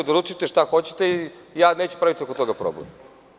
Odlučite šta hoćete i ja neću praviti oko toga problem.